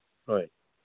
ꯍꯣꯏ